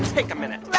take a minute